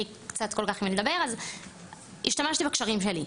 קצת כל כך מי לדבר אז השתמשתי בקשרים שלי,